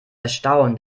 erstaunt